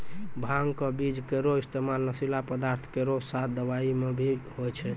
भांग क बीज केरो इस्तेमाल नशीला पदार्थ केरो साथ दवाई म भी होय छै